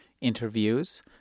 interviews